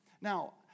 Now